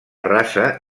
raça